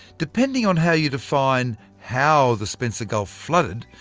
depending on how you define how the spencer gulf flooded,